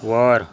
वर